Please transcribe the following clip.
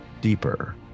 deeper